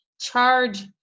charge